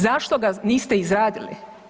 Zašto ga niste izradili?